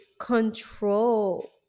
control